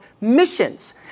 missions